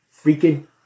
freaking